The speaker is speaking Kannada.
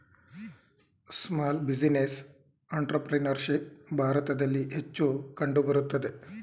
ಸ್ಮಾಲ್ ಬಿಸಿನೆಸ್ ಅಂಟ್ರಪ್ರಿನರ್ಶಿಪ್ ಭಾರತದಲ್ಲಿ ಹೆಚ್ಚು ಕಂಡುಬರುತ್ತದೆ